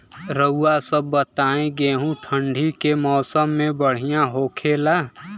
रउआ सभ बताई गेहूँ ठंडी के मौसम में बढ़ियां होखेला?